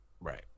right